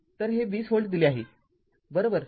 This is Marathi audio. तरहे २० व्होल्ट दिले आहेबरोबर